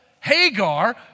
Hagar